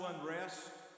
unrest